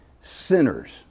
sinners